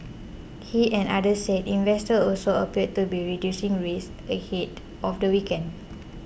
he and others said investors also appeared to be reducing risk ahead of the weekend